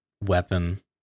weapon